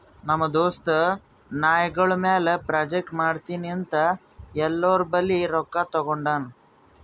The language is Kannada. ನಮ್ ದೋಸ್ತ ನಾಯ್ಗೊಳ್ ಮ್ಯಾಲ ಪ್ರಾಜೆಕ್ಟ್ ಮಾಡ್ತೀನಿ ಅಂತ್ ಎಲ್ಲೋರ್ ಬಲ್ಲಿ ರೊಕ್ಕಾ ತಗೊಂಡಾನ್